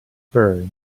birds